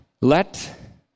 let